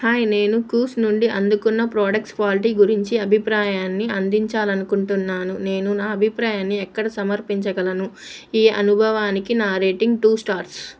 hi నేను clues నుండి అందుకున్న ప్రొడక్ట్స్ క్వాలిటీ గురించి అభిప్రాయాన్ని అందించాలి అనుకుంటున్నాను నేను నా అభిప్రాయాన్ని ఎక్కడ సమర్పించగలను ఈ అనుభవానికి నా రేటింగ్ టూ స్టార్స్